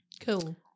Cool